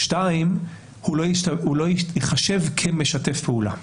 שתיים, הוא לא ייחשב כמשתף פעולה.